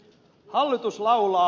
hallitus laulaa